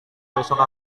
besok